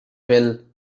bell